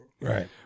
Right